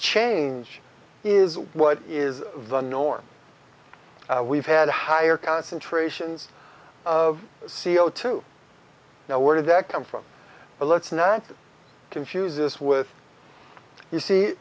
change is what is the norm we've had higher concentrations of c o two now where did that come from but let's not confuse this with you see